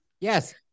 Yes